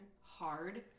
hard